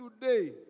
today